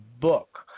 book